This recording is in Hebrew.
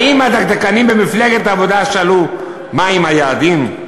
האם הדקדקנים במפלגת העבודה שאלו מה עם היעדים?